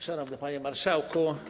Szanowny Panie Marszałku!